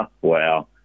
Wow